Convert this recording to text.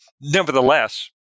Nevertheless